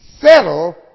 settle